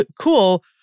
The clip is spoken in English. cool